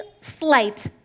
slight